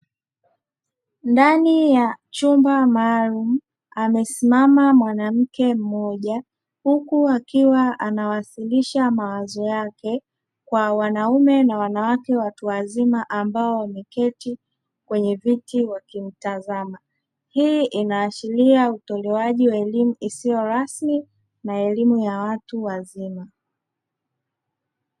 Ndani ya chumba maalumu amesimama mwanamke mmoja huku akiwa anawasilisha mawazo yake kwa wanaume na wanawake watu wazima ambao wameketi kwenye viti wakimtazama. Hii inaashiria utolewaji wa elimu isiyo rasmi na elimu ya watu wazima.